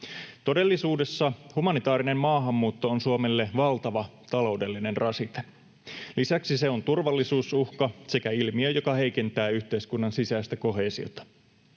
Todellisuudessa humanitaarinen maahanmuutto on Suomelle valtava taloudellinen rasite. Lisäksi se on turvallisuusuhka sekä ilmiö, joka heikentää yhteiskunnan sisäistä koheesiota.